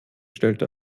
stellte